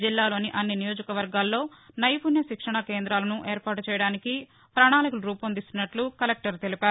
జిల్లాలోని అన్ని నియోజకవర్గాల్లో నైపుణ్య శిక్షణా కేందాలను ఏర్పాటు చేయడానికి పణాళికలు రూపొందిస్తున్నట్లు కలెక్టర్ తెలిపారు